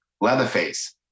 Leatherface